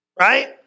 right